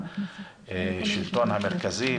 השלטון המרכזי,